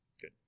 Good